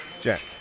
Jack